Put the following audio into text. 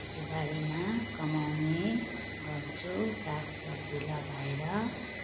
खेतीबारीमा कमाउने गर्छु सागसब्जी लगाएर